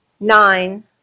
Nine